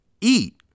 eat